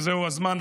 וזהו הזמן,